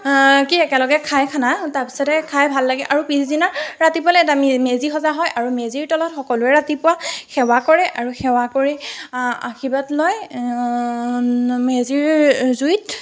কি একেলগে খায় খানা তাৰ পিছতে খাই ভাল লাগে আৰু পিছদিনা ৰাতিপুৱালৈ এটা মেজি সজা হয় আৰু মেজিৰ তলত সকলোৱে ৰাতিপুৱা সেৱা কৰে আৰু সেৱা কৰি আশীৰ্বাদ লয় মেজিৰ জুইত